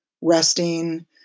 resting